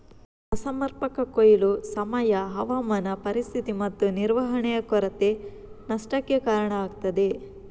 ಅಸಮರ್ಪಕ ಕೊಯ್ಲು, ಸಮಯ, ಹವಾಮಾನ ಪರಿಸ್ಥಿತಿ ಮತ್ತು ನಿರ್ವಹಣೆಯ ಕೊರತೆ ನಷ್ಟಕ್ಕೆ ಕಾರಣ ಆಗ್ತದೆ